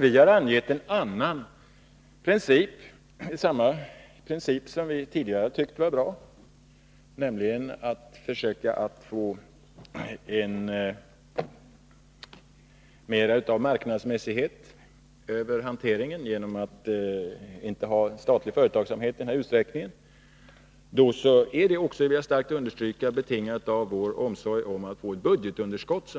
Vi har angett en annan princip — det är samma princip som den som vi tidigare ansåg vara bra — när det gäller att försöka få mera av marknadsmässighet över hanteringen genom att inte ha statlig företagsamhet i samma utsträckning som nu. Jag vill då understryka att det är betingat av vår omsorg om ett bättre budgetunderskott,